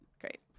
great